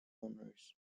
owners